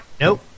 Nope